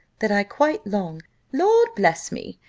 that i quite long lord bless me!